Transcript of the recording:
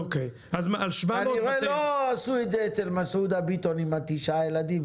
כנראה לא עשו את זה אצל מסעודה ביטון עם תשעת הילדים,